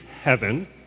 heaven